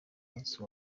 munsi